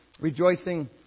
rejoicing